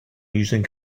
using